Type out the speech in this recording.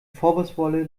vorwurfsvolle